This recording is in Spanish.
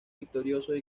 victoriosos